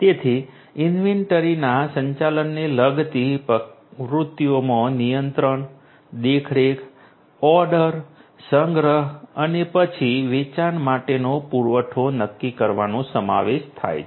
તેથી ઇન્વેન્ટરીના સંચાલનને લગતી પ્રવૃત્તિઓમાં નિયંત્રણ દેખરેખ ઓર્ડર સંગ્રહ અને પછી વેચાણ માટેનો પુરવઠો નક્કી કરવાનો સમાવેશ થાય છે